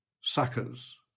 suckers